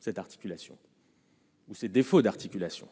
Cette articulation. Ou ses défauts d'articulation.